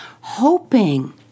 hoping